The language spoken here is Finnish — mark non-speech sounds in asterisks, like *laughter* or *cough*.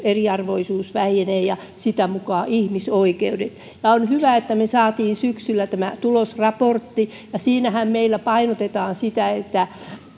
*unintelligible* eriarvoisuus vähenee ja sitä mukaa ihmisoikeudet vahvistuvat on hyvä että me saimme syksyllä tämän tulosraportin ja siinähän painotetaan sitä että